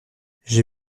j’ai